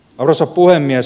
arvoisa puhemies